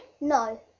No